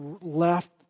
left